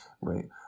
right